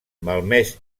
malmès